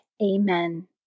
Amen